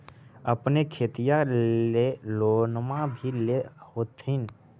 अपने खेतिया ले लोनमा भी ले होत्थिन?